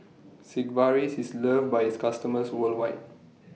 Sigvaris IS loved By its customers worldwide